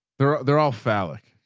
they're ah they're all phallic.